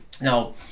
Now